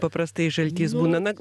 paprastai žaltys būna na